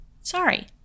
sorry